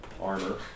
armor